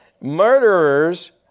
Murderers